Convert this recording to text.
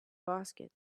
basket